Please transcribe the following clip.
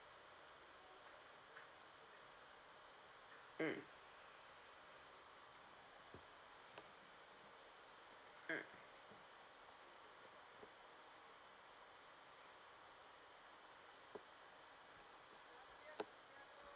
mm mm